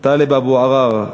טלב אבו עראר.